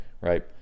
right